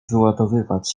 wyładowywać